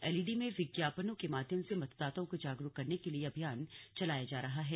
LED में विज्ञापनों के माध्यम से मतदाताओं को जागरूक करने के लिए यह अभियान चलाया जा रहा है